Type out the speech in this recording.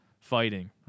fighting